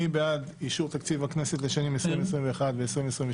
מי בעד אישור תקציב הכנסת לשנים 2021 ו-2022,